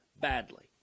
badly